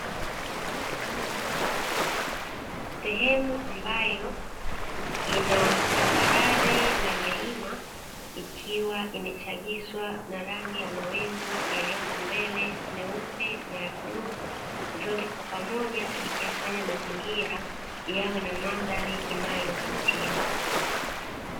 Sehemu ambayo inatambarare na milima ikiwa imechagizwa na rangi ya mawingu yaliyopo mbele (meupe na bluu), vyote kwa pamoja vikiyafanya mazingira yawe na mandhari inayovutia.